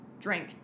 drink